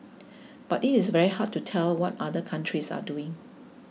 but it is very hard to tell what other countries are doing